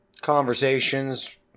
conversations